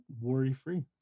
worry-free